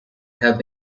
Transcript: have